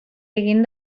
egin